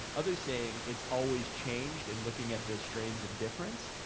others saying it's always changed and looking at the strands of difference.